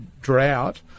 drought